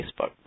Facebook